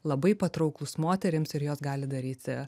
labai patrauklūs moterims ir jos gali daryti